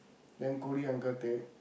then Kodi uncle take